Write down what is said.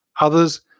Others